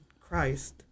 Christ